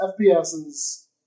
FPSs